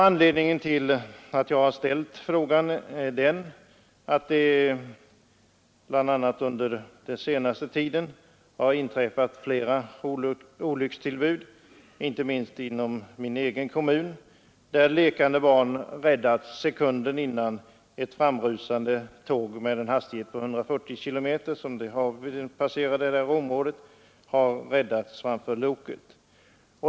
Anledningen till att jag framställt min fråga är att det inte minst inom min egen hemkommun under den senaste tiden har inträffat flera olyckstillbud där lekande barn sekunden innan ett tåg rusat förbi med 140 km hastighet har räddats framför loket.